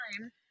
time